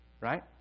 Right